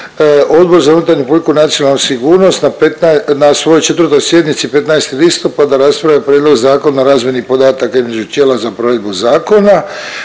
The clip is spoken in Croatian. Odbor za unutarnju politiku i nacionalnu sigurnost na svojoj 4. sjednici 15. listopada raspravio je Prijedlog Zakona o razmjeni podataka između tijela za provedbu zakona.